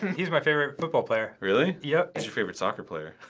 he's my favorite football player. really? yep. who's your favorite soccer player?